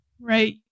right